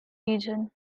region